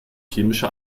chemische